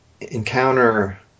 encounter